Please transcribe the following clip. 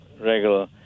regular